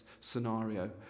scenario